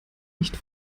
nicht